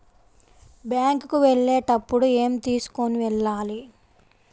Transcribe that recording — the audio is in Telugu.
బ్యాంకు కు వెళ్ళేటప్పుడు ఏమి తీసుకొని వెళ్ళాలి?